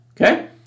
okay